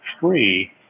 free